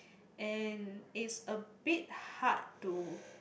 and is a bit hard to